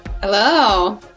Hello